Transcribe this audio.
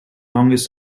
longest